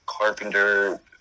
Carpenter